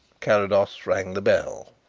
carrados rang the bell.